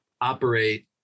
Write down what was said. operate